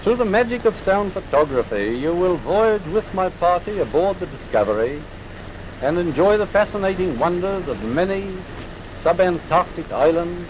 the the magic of sound photography you will voyage with my party aboard the discovery and enjoy the fascinating wonders of many subantarctic islands